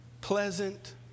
pleasant